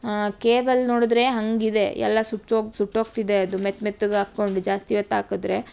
ಹಾಂ ಕೇಬಲ್ ನೋಡಿದ್ರೇ ಹಾಗಿದೆ ಎಲ್ಲ ಸುಚ್ಚೋಗಿ ಸುಟ್ಟೋಗ್ತಿದೆ ಅದು ಮೆತ್ತ ಮೆತ್ತಗೆ ಹಾಕ್ಕೊಂಡು ಜಾಸ್ತಿ ಹೊತ್ ಹಾಕಿದ್ರೆ